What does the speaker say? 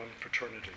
fraternity